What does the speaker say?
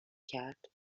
کرد